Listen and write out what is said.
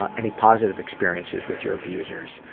ah any positive experiences with your abusers?